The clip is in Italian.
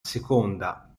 seconda